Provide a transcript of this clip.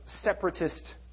separatist